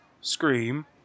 scream